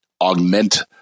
augment